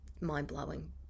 mind-blowing